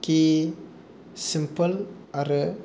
कि सिमपोल आरो